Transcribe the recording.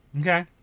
Okay